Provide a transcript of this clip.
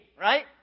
Right